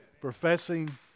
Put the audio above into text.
professing